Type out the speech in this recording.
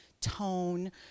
tone